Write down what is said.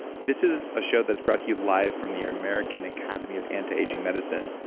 this is a show that's brought to you live from the american academy of anti-aging medicine,